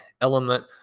element